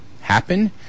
happen